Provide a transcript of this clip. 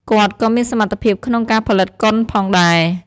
គាត់ក៏មានសមត្ថភាពក្នុងការផលិតកុនផងដែរ។